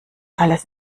alles